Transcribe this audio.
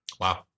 Wow